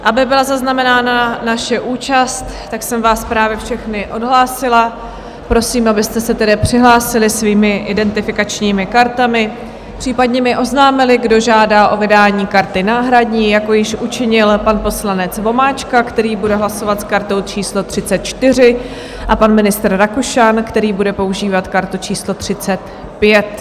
Aby byla zaznamenána naše účast, tak jsem vás právě všechny odhlásila a prosím, abyste se tedy přihlásili svými identifikačními kartami, případně mi oznámili, kdo žádá o vydání karty náhradní, jako již učinil pan poslanec Vomáčka, který bude hlasovat s kartou číslo 34, a pan ministr Rakušan, který bude používat kartu číslo 35.